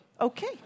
Okay